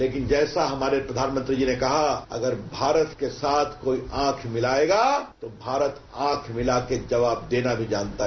लेकिन जैसा हमारे प्रधानमंत्री जी ने कहा अगर कोई भारत के साथ आंख मिलाएगा तो भारत आंख मिलाकर भी जवाब देना जनता है